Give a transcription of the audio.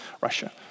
Russia